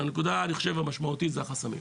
אבל הנקודה המשמעותית אלו החסמים.